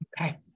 Okay